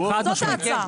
זאת ההצעה.